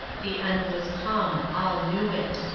the end was come all knew it.